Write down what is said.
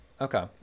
Okay